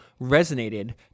resonated